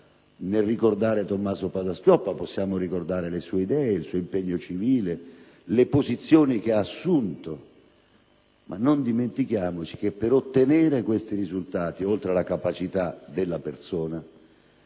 nel ricordare Tommaso Padoa-Schioppa possiamo rammentare le sue idee, l'impegno civile e le posizioni che ha assunto, ma non possiamo dimenticare che, per ottenere questi risultati, oltre alla capacità della persona,